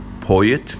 poet